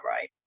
right